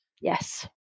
yes